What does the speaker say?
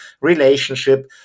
relationship